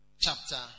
chapter